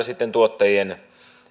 sitten tuottajien